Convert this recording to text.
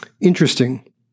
Interesting